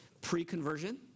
pre-conversion